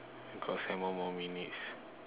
you got seven more minutes